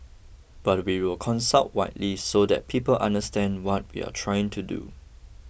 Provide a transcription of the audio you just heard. but we will consult widely so that people understand what we're trying to do